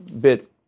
bit